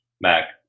Mac